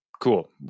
Cool